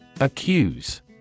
Accuse